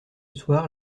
soir